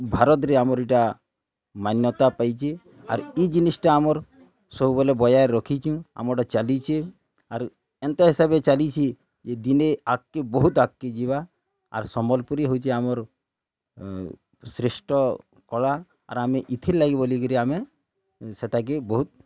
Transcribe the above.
ଭାରତରେ ଆମର୍ ଇଟା ମାନ୍ୟତା ପାଇଚି ଆର୍ ଇ ଜିନିଷ୍ଟା ଆମର୍ ସବୁବେଲେ ବଜାୟ ରଖିଛୁଁ ଆମଟା ଚାଲିଛେ ଆରୁ ଏନ୍ତା ହିସାବେ ଚାଲିଛି ଯେ ଦିନେ ଆଗ୍କେ ବୋହୁତ ଆଗ୍କେ ଯିବା ଆର ସମ୍ବଲପୁରୀ ହଉଛେ ଆମର ଶ୍ରେଷ୍ଠ କଳା ଆର୍ ଆମେ ଇଥିର୍ଲାଗି ବୋଲିକିରି ଆମେ ସେଟାକେ ବହୁତ୍